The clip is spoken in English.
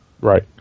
Right